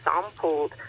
sampled